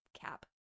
cap